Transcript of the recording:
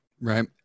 Right